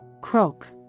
Croak